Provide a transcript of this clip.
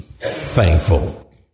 thankful